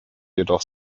jedoch